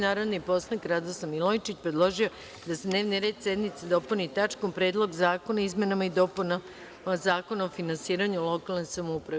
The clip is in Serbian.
Narodni poslanik Radoslav Milojičić, predložio je da se dnevni red sednice dopuni tačkom – Predlog zakona o izmenama i dopunama Zakona o finansiranju lokalne samouprave.